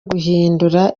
guhindura